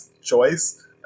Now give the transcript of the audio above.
choice